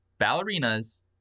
ballerinas